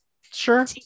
sure